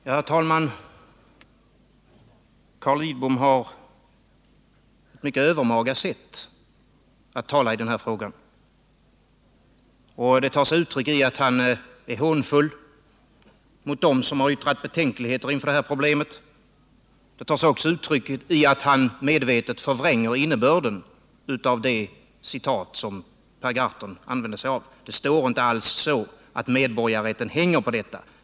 Herr talman! Carl Lidbom har ett mycket övermaga sätt att tala i den här frågan. Det tar sig uttryck i att han är hånfull mot dem som har uttalat betänkligheter inför det här problemet. Det tar sig också uttryck i att han medvetet förvränger innebörden i det citat som Per Gahrton använde sig av. Det står inte alls så att medborgarrätten ”hänger” på detta.